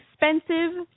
expensive